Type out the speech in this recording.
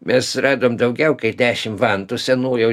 mes radom daugiau kai dešimt vantų senų jau